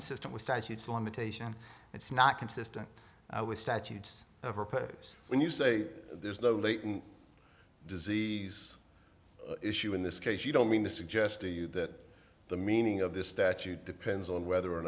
consistent with statutes of limitation it's not consistent with statutes when you say there's no latent disease issue in this case you don't mean to suggest to you that the meaning of this statute depends on whether or